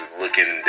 looking